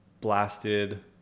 blasted